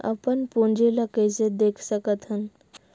अपन पूंजी ला कइसे देख सकत हन?